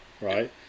right